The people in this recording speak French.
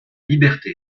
liberté